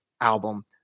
album